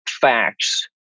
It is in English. facts